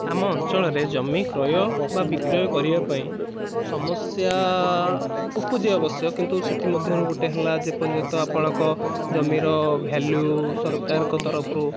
ଆମ ଅଞ୍ଚଳରେ ଜମି କ୍ରୟ ବା ବିକ୍ରୟ କରିବା ପାଇଁ ସମସ୍ୟା ଉପୁଜେ ଅବଶ୍ୟ କିନ୍ତୁ ସେଥିମଧ୍ୟରୁ ଗୋଟେ ହେଲା ଯେ ପର୍ଯ୍ୟନ୍ତ ଆପଣଙ୍କ ଜମିର ଭ୍ୟାଲୁ ସରକାରଙ୍କ ତରଫରୁ